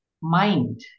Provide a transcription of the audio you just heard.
mind